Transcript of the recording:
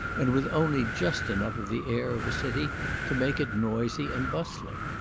and with only just enough of the air of a city to make it noisy and bustling.